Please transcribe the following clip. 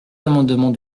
amendement